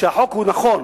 שהחוק הוא נכון